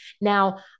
Now